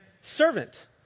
servant